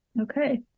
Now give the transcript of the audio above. Okay